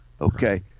Okay